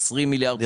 20 מיליארד שקלים.